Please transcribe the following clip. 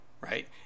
right